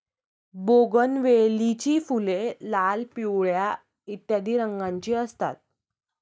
बोगनवेलीची फुले लाल, पिवळ्या इत्यादी रंगांची असतात